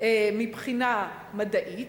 מבחינה מדעית,